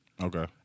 Okay